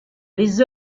les